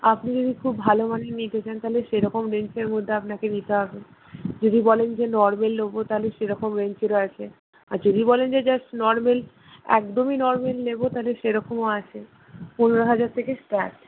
আপনি যদি খুব ভালো মানের নিতে চান তাহলে সেরকম রেঞ্জের মধ্যে আপনাকে নিতে হবে যদি বলেন যে নর্মাল নেব তাহলে সেরকম রেঞ্জেরও আছে আর যদি বলেন যে জাস্ট নর্মাল একদমই নর্মাল নেব তাহলে সেরকমও আছে পনেরো হাজার থেকে স্টার্ট